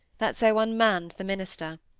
that so unmanned the minister.